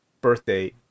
birthday